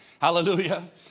Hallelujah